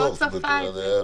הוא לא צפה את זה.